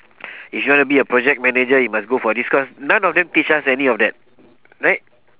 if you wanna be a project manager you must go for this course none of them teach us any of that right